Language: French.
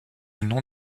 nom